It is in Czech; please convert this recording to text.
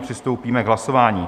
Přistoupíme k hlasování.